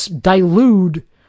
dilute